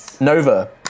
Nova